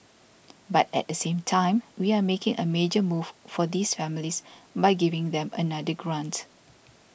but at the same time we are making a major move for these families by giving them another grant